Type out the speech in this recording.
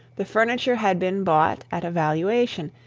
the furniture had been bought at a valuation,